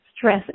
Stress